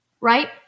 right